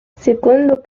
secondo